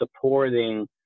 supporting